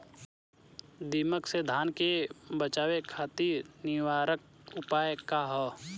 दिमक से धान के बचावे खातिर निवारक उपाय का ह?